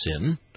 sin